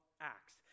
Acts